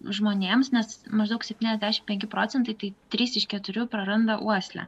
žmonėms nes maždaug septyniasdešimt penki procentai tai trys iš keturių praranda uoslę